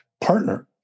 partner